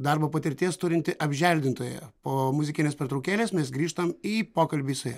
darbo patirties turinti apželdintoja po muzikinės pertraukėlės mes grįžtam į pokalbį su ja